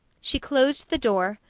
she closed the door,